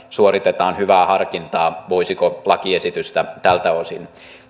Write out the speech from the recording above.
suoritetaan hyvää harkintaa siinä voisiko lakiesitystä tältä osin